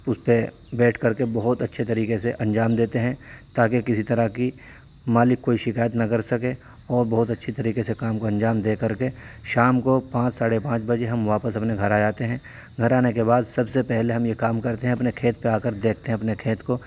اس پہ بیٹھ کر کے بہت اچھے طریقے سے انجام دیتے ہیں تاکہ کسی طرح کی مالک کوئی شکایت نہ کر سکے اور بہت اچھی طریقے سے کام کو انجام دے کر کے شام کو پانچ ساڑھے پانچ بجے ہم واپس اپنے گھر آ جاتے ہیں گھر آنے کے بعد سب سے پہلے ہم یہ کام کرتے ہیں اپنے کھیت پہ آ کر دیکھتے ہیں اپنے کھیت کو